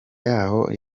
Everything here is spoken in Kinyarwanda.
y’aho